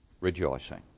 rejoicing